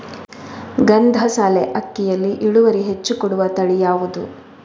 ಗಂಧಸಾಲೆ ಅಕ್ಕಿಯಲ್ಲಿ ಇಳುವರಿ ಹೆಚ್ಚು ಕೊಡುವ ತಳಿ ಯಾವುದು?